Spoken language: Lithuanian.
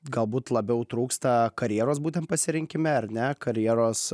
galbūt labiau trūksta karjeros būtent pasirinkime ar ne karjeros